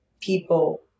people